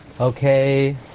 Okay